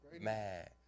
mad